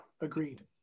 agreed